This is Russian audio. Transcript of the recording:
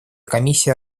комиссии